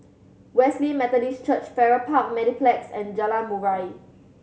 Wesley Methodist Church Farrer Park Mediplex and Jalan Murai